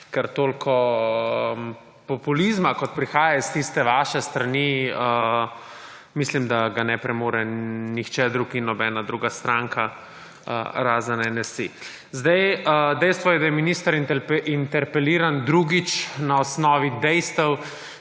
Toliko populizma, kot prihaja s tiste vaše strani, mislim, da ga ne premore nihče drug in nobena druga stranka razen NSi. Dejstvo je, da je minister interpeliran drugič na osnovi dejstev,